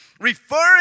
Referring